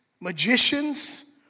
magicians